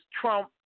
trump